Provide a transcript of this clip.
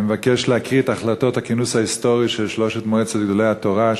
אני מבקש להקריא את החלטות הכינוס ההיסטורי של שלוש מועצות גדולי התורה,